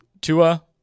Tua